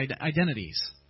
identities